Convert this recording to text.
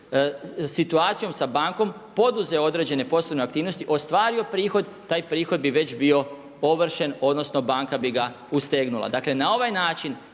situacijom sa bankom poduzeo određene poslovne aktivnosti, ostvario prihod, taj prihod bi već bio ovršen, odnosno banka bi ga ustegnula. Dakle na ovaj način